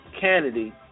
Kennedy